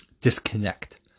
disconnect